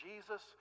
Jesus